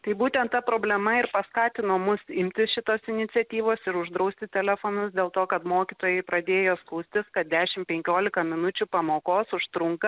tai būtent ta problema ir paskatino mus imtis šitos iniciatyvos ir uždrausti telefonus dėl to kad mokytojai pradėjo skųstis kad dešim penkiolika minučių pamokos užtrunka